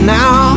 now